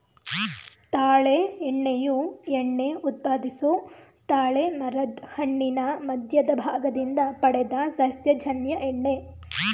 ತಾಳೆ ಎಣ್ಣೆಯು ಎಣ್ಣೆ ಉತ್ಪಾದಿಸೊ ತಾಳೆಮರದ್ ಹಣ್ಣಿನ ಮಧ್ಯದ ಭಾಗದಿಂದ ಪಡೆದ ಸಸ್ಯಜನ್ಯ ಎಣ್ಣೆ